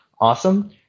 Awesome